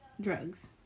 drugs